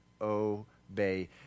Obey